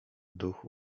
duch